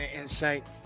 insight